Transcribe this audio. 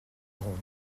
gronde